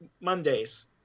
Mondays